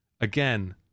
Again